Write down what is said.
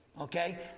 Okay